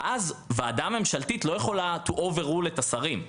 אז ועדה ממשלתית לא יכולה to overrule את השרים.